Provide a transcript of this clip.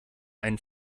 einen